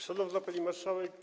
Szanowna Pani Marszałek!